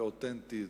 ואותנטית,